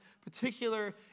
particular